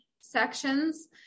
sections